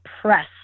press